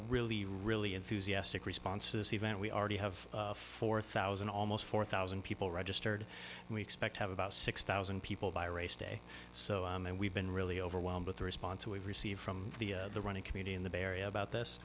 really really enthusiastic responses event we already have four thousand almost four thousand people registered and we expect have about six thousand people by race day so and we've been really overwhelmed with the response we've received from the the running community in the bay area about